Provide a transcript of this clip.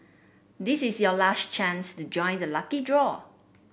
this is your last chance to join the lucky draw